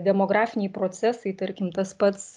demografiniai procesai tarkim tas pats